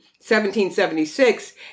1776